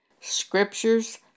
Scriptures